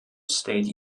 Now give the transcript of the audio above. state